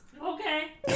Okay